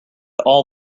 all